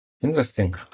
Interesting